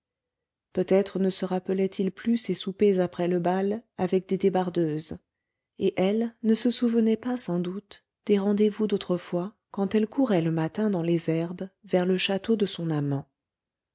peut-être ne se rappelait-il plus ses soupers après le bal avec des débardeuses et elle ne se souvenait pas sans doute des rendez-vous d'autrefois quand elle courait le matin dans les herbes vers le château de son amant